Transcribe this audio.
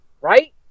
Right